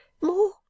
More